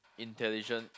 intelligence